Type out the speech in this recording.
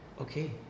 okay